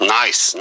nice